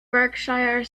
berkshire